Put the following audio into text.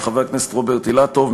של חבר הכנסת רוברט אילטוב,